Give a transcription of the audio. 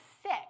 sick